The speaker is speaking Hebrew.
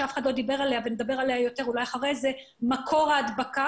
שאף אחד לא דיבר עליה עדיין: מקור ההדבקה,